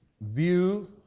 view